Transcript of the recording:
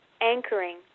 anchoring